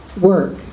work